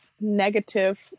negative